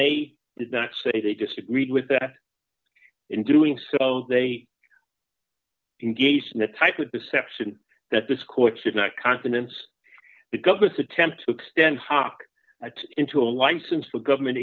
they did not say they disagreed with that in doing so they engaged in the type of deception that this court has not confidence the government's attempt to extend hark at into a license for government